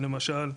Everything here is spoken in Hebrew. למשל,